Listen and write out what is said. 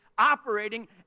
operating